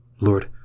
Lord